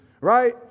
right